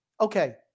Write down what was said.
Okay